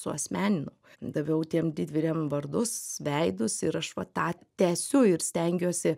suasmeninau daviau tiem didvyriam vardus veidus ir aš va tą tęsiu ir stengiuosi